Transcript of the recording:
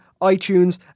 iTunes